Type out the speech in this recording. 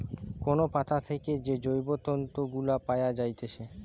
কোন পাতা থেকে যে জৈব তন্তু গুলা পায়া যাইতেছে